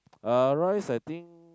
uh rice I think